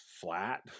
flat